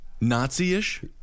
Nazi-ish